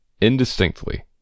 indistinctly